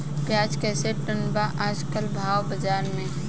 प्याज कइसे टन बा आज कल भाव बाज़ार मे?